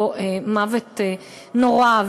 אותו מוות נורא,